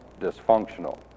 dysfunctional